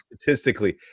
statistically